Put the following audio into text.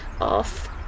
off